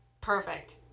Perfect